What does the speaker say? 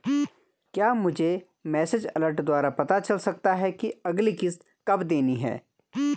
क्या मुझे message alert द्वारा पता चल सकता कि अगली किश्त कब देनी है?